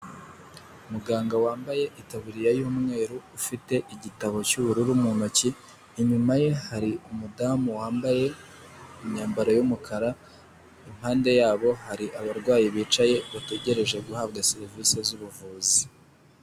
Muganga wambaye itaburiya y'umweru, ufite igitabo cy'ubururu mu ntoki, inyuma ye hari umudamu wambaye imyambaro y'umukara, impande yabo hari abarwayi bicaye bategereje guhabwa serivisi z'ubuvuzi.